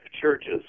churches